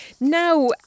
Now